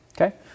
Okay